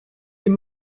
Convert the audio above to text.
dem